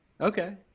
Okay